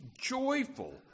joyful